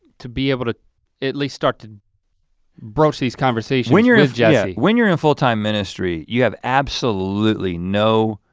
to be able to at least start to broach these conversations. when you're yeah when you're in full-time ministry, you have absolutely no